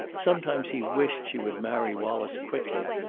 sometimes he wished she would marry wallace quickly,